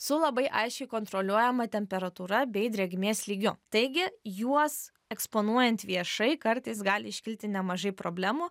su labai aiškiai kontroliuojama temperatūra bei drėgmės lygiu taigi juos eksponuojant viešai kartais gali iškilti nemažai problemų